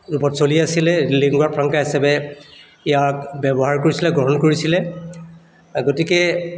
ৰূপত চলি আছিলে লিংগুৱা ফ্ৰাংকা হিচাপে ইয়াক ব্যৱহাৰ কৰিছিলে গ্ৰহণ কৰিছিলে গতিকে